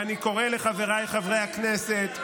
ואני קורא לחבריי חברי הכנסת,